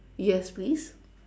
yes please